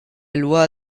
loi